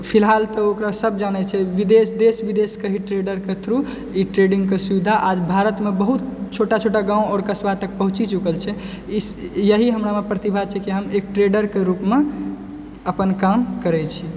फिलहाल तऽ ओकरा सब जानय छै विदेश देश विदेशके भी ट्रेडरके थ्रू ई ट्रेडिंगके सुविधा आज भारतमे बहुत छोटा छोटा गाँव आओर कस्बा तक पहुँचे चुकल छै ओकरा इस यही हमरामे प्रतिभा छै कि हम एक ट्रेडरके रूपमे अपन काम करय छियै